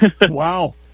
Wow